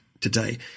today